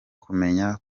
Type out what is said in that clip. kumenya